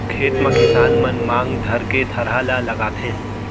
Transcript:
खेत म किसान मन मांग धरके थरहा ल लगाथें